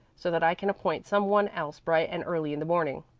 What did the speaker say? so that i can appoint some one else bright and early in the morning.